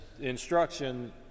instruction